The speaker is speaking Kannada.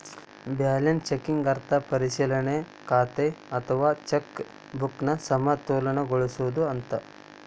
ಬ್ಯಾಲೆನ್ಸ್ ಚೆಕಿಂಗ್ ಅರ್ಥ ಪರಿಶೇಲನಾ ಖಾತೆ ಅಥವಾ ಚೆಕ್ ಬುಕ್ನ ಸಮತೋಲನಗೊಳಿಸೋದು ಅಂತ